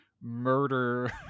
murder